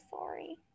sorry